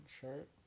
shirt